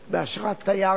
ימים,